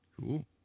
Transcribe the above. Cool